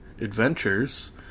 Adventures